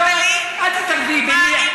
אתה הבטחת לי.